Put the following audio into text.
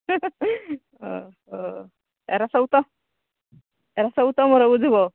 ଏରା ସବୁ ତ ଏରା ସବୁ ତମେ ବୁଝିବ